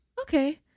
okay